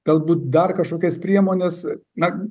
galbūt dar kažkokias priemones na